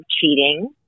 cheating